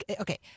okay